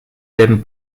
werden